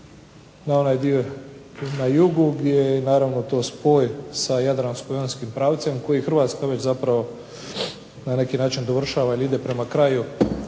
na onaj dio prema jugu gdje je naravno to spoj sa Jadransko-jonskim pravcem koji Hrvatska već zapravo na neki način dovršava ili ide prema kraju